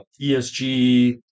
ESG